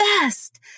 best